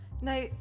Now